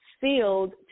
sealed